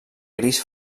gris